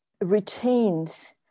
routines